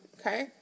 Okay